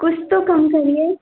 कुछ तो कम करिए